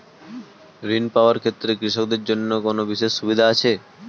ঋণ পাওয়ার ক্ষেত্রে কৃষকদের জন্য কোনো বিশেষ সুবিধা আছে?